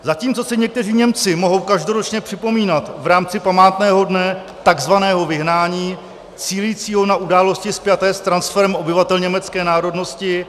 Zatímco si někteří Němci mohou každoročně připomínat v rámci památného dne takzvaného vyhnání cílícího na události spjaté s transferem obyvatel německé národnosti